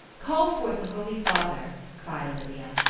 call forth the holy father, cried olivia.